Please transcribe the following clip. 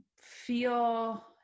feel